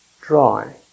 dry